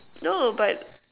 no but